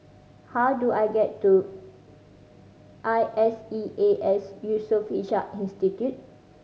how do I get to I S E A S Yusof Ishak Institute